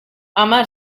amar